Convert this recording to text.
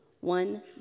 one